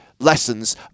lessons